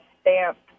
stamped